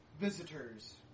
visitors